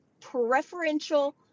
preferential